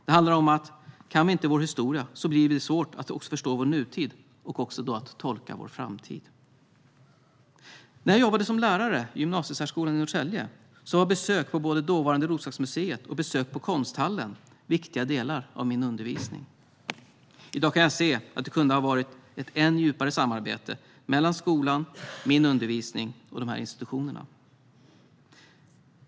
Det handlar om att om vi inte kan vår historia blir det svårt att förstå vår nutid och tolka vår framtid. När jag jobbade som lärare i gymnasiesärskolan i Norrtälje var besök på både dåvarande Roslagsmuseet och Konsthallen viktiga delar av min undervisning. I dag kan jag se att det kunde ha varit ett än djupare samarbete mellan skolan, min undervisning och dessa institutioner.